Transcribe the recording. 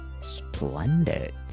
Splendid